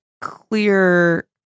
clear